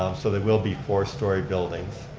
um so they will be four-story buildings.